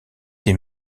des